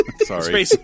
Sorry